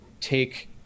take